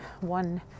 one